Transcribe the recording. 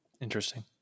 Interesting